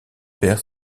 père